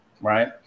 right